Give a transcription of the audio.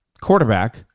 quarterback